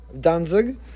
Danzig